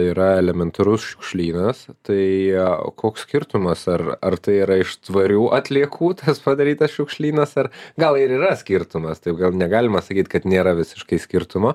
yra elementarus šiukšlynas tai koks skirtumas ar ar tai yra iš tvarių atliekų padarytas šiukšlynas ar gal ir yra skirtumas taip gal negalima sakyt kad nėra visiškai skirtumo